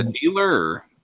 dealer